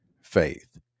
faith